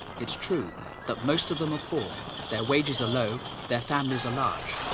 it's true that most of them are poor their wages are low their families are large,